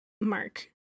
Mark